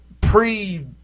Pre-